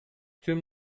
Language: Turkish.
tüm